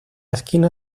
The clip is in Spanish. esquina